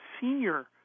senior